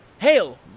Hail